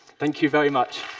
thank you very much.